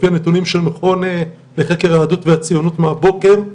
לפי הנתונים של מכון לחקר יהדות וציונות מהבוקר,